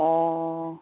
অঁ